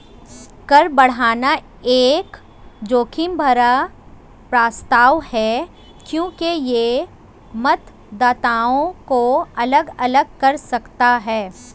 कर बढ़ाना एक जोखिम भरा प्रस्ताव है क्योंकि यह मतदाताओं को अलग अलग कर सकता है